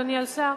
אדוני השר,